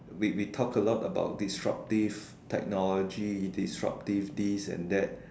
we we talk a lot about disruptive technology disrupt this this and that